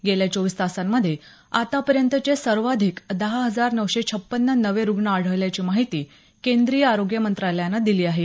गेल्या चोवीस तासांमधे आतापर्यंतचे सर्वाधिक दहा हजार नऊशे छप्पन्न नवे रुग्ण आढल्याची माहिती केंद्रीय आरोग्य मंत्रालयानं दिली आहे